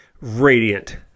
Radiant